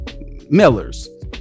Miller's